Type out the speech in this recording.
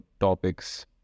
topics